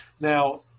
Now